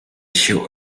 show